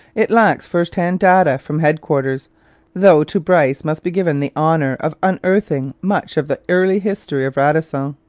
it lacks first-hand data from headquarters though to bryce must be given the honour of unearthing much of the early history of radisson.